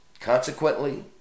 Consequently